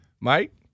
Mike